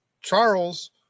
Charles